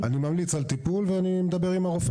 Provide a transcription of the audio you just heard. אני ממליץ על טיפול ואני מדבר עם הרופא